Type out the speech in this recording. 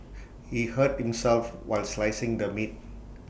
he hurt himself while slicing the meat